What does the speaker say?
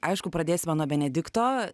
aišku pradėsime nuo benedikto